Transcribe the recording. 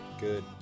good